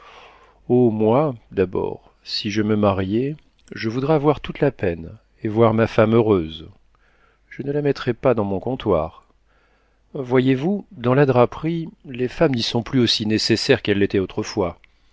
oh moi d'abord si je me mariais je voudrais avoir toute la peine et voir ma femme heureuse je ne la mettrais pas dans mon comptoir voyez-vous dans la draperie les femmes n'y sont plus aussi nécessaires qu'elles l'étaient autrefois